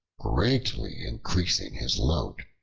greatly increasing his load.